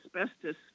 asbestos